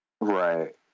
Right